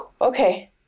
okay